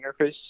interface